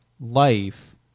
life